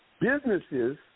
businesses